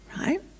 right